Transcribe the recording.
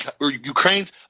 Ukraine's